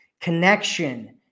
Connection